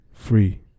Free